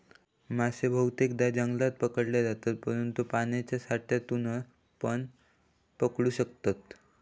मासे बहुतेकदां जंगलात पकडले जातत, परंतु पाण्याच्या साठ्यातूनपण पकडू शकतत